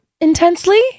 intensely